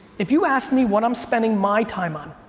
if you ask me what i'm spending my time on,